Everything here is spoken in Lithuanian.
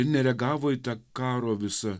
nereagavo į tą karo visą